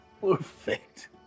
perfect